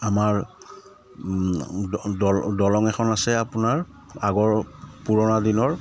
আমাৰ দলং এখন আছে আপোনাৰ আগৰ পুৰণা দিনৰ